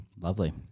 Lovely